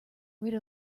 rid